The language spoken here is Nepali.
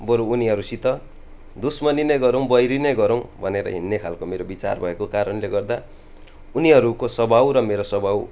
बरू उनीहरूसित दुस्मनी नै गरौँ बैरी नै गरौँ भनेर हिँड्ने खालको मेरो विचार भएको कारणले गर्दा उनीहरूको स्वभाव र मेरो स्वभाव